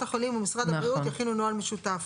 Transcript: החולים ומשרד הבריאות יכינו נוהל משותף,